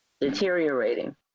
deteriorating